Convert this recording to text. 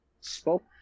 spoke